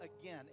again